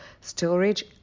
Storage